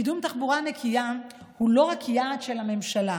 קידום תחבורה נקייה הוא לא רק יעד של הממשלה.